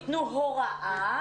יתנו הוראה,